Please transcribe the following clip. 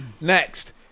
Next